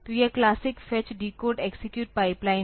तो यह classic fetch decode execute pipeline है